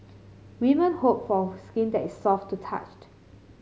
women hope for skin that is soft to touched